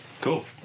Cool